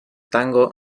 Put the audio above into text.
tango